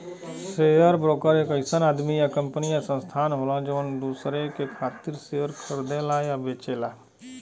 share broker एक अइसन आदमी या कंपनी या संस्थान होला जौन दूसरे के खातिर शेयर खरीदला या बेचला